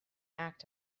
act